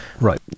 Right